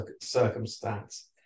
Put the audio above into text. circumstance